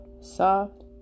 soft